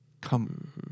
Come